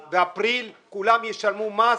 באפריל,